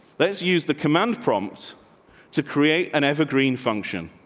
there's use the command promise to create an evergreen function.